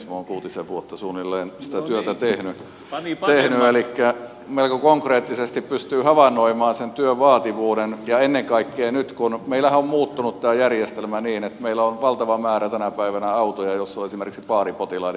minä olen kuutisen vuotta suunnilleen sitä työtä tehnyt elikkä melko konkreettisesti sitä pystyy havainnoimaan sen työn vaativuuden ja ennen kaikkea nyt kun meillähän on muuttunut tämä järjestelmä niin että meillä on valtava määrä tänä päivänä autoja joissa on esimerkiksi paaripotilaiden kuljetus